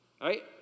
right